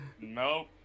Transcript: No